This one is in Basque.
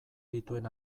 dituen